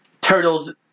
Turtle's